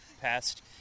passed